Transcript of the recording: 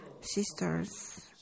sisters